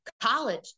college